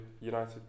united